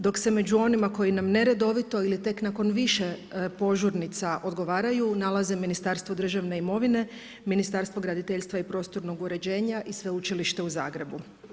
Dok se među onima koji nam neredovito ili tek nakon više požurnica odgovaraju nalaze Ministarstvo državne imovine, Ministarstvo graditeljstva i prostornog uređenja i Sveučilište u Zagrebu.